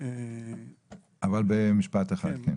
במשפט אחד.